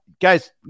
Guys